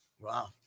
Wow